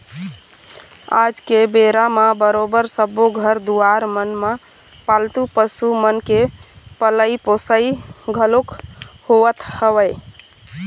आज के बेरा म बरोबर सब्बो घर दुवार मन म पालतू पशु मन के पलई पोसई घलोक होवत हवय